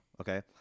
okay